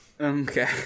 Okay